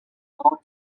four